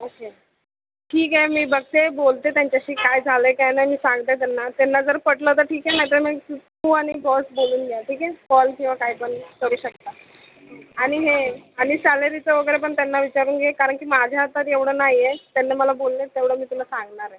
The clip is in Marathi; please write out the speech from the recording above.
ओके ठीक आहे मी बघते बोलते त्यांच्याशी काय झालं आहे काय नाही मी सांगते त्यांना त्यांना जर पटलं तर ठीक आहे नाहीतर मग तू आणि बॉस बोलून घ्या ठीक आहे कॉल किंवा काय पण करू शकता आणि हे आणि सॅलरीचं पण त्यांना विचारून घे कारण की माझ्या हातात एवढं नाही आहे त्यांनी मला बोलले तेवढं मी तुला सांगणार आहे